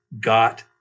got